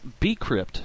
Bcrypt